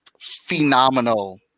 phenomenal